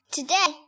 Today